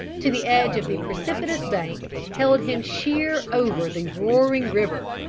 to the edge of the precipitous bank, held him sheer over the roaring river.